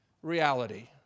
reality